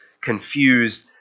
confused